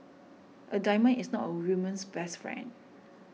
a diamond is not a woman's best friend